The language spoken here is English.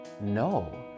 no